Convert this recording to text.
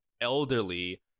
elderly